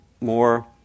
more